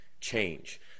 change